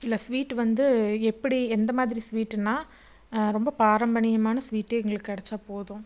இல்லை ஸ்வீட் வந்து எப்படி எந்த மாதிரி ஸ்வீட்டுன்னா ரொம்ப பாரம்பரியமான ஸ்வீட்டு எங்களுக்கு கிடச்சா போதும்